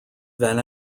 van